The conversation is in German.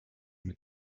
mit